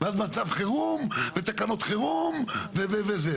ואז מצב חירום, ותקנות חירום, וזה.